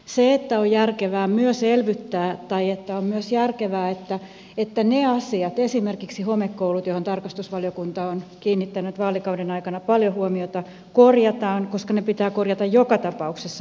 se että on järkevää myös selvittää tai että on myös järkevää että ne asiat esimerkiksi homekoulut joihin tarkastusvaliokunta on kiinnittänyt vaalikauden aikana paljon huomiota korjataan nyt koska ne pitää korjata joka tapauksessa